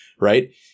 right